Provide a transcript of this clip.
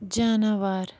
جاناوار